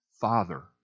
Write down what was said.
father